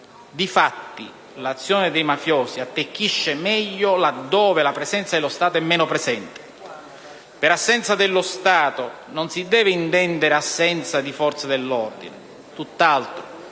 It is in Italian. Difatti, l'azione dei mafiosi attecchisce meglio laddove la presenza dello Stato è meno presente. Per assenza dello Stato non si deve intendere assenza delle forze dell'ordine: